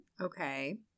Okay